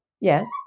yes